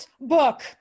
book